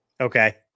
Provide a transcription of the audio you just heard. okay